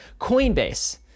Coinbase